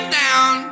down